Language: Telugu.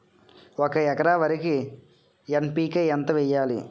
ఒక ఎకర వరికి ఎన్.పి కే ఎంత వేయాలి?